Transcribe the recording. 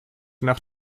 nach